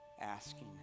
asking